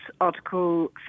Article